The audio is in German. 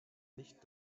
nicht